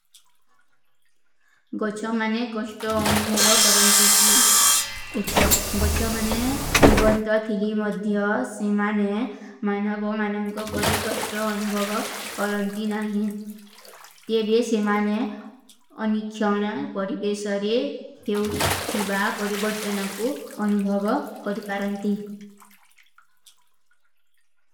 ଗଚ୍ଯା ମନେ କଶ୍ଟୋ ଅନୁଭଵଃ କରଣତେ କୀ। ଉଠ୍ଟା!। ଗଚ୍ଯା ମନେ ଜୀଵନତ୍ହ ଥିଲୀ ମଦ୍ଧଯାସ ସେ ମନେ ମାନାଵ ଵା ମାନଂଗ କପରୀ କଶ୍ଟୋ ଅନୁଭଵଃ ପରଣତୀ ନହୀଂ। ତେ ଵିଯେସେ ମନେ ଅନିଖ୍ଯାନାଂ ପରୀ ବେ ସରେ ଏଉ ଠୀବା ପରିବର୍ଟନ କୋ ଅନୁଭଵ କରୀ ପାରଂତୀ।